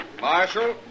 Marshal